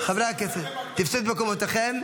הכנסת, תפסו את מקומותיכם.